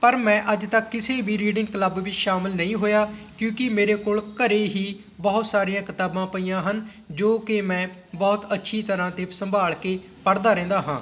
ਪਰ ਮੈਂ ਅੱਜ ਤੱਕ ਕਿਸੇ ਵੀ ਰੀਡਿੰਗ ਕਲੱਬ ਵਿੱਚ ਸ਼ਾਮਿਲ ਨਹੀਂ ਹੋਇਆ ਕਿਉਂਕਿ ਮੇਰੇ ਕੋਲ ਘਰ ਹੀ ਬਹੁਤ ਸਾਰੀਆਂ ਕਿਤਾਬਾਂ ਪਈਆਂ ਹਨ ਜੋ ਕਿ ਮੈਂ ਬਹੁਤ ਅੱਛੀ ਤਰ੍ਹਾਂ ਅਤੇ ਸੰਭਾਲ ਕੇ ਪੜ੍ਹਦਾ ਰਹਿੰਦਾ ਹਾਂ